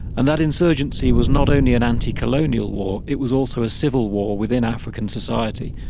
and that insurgency was not only an anti-colonial war, it was also a civil war within african society,